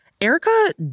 Erica